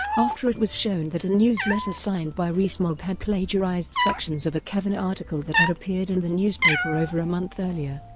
after it was shown that a newsletter signed by rees-mogg had plagiarised sections of a kavanagh article that had appeared in the newspaper over a month earlier.